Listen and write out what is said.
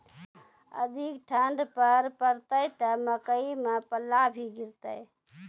अधिक ठंड पर पड़तैत मकई मां पल्ला भी गिरते?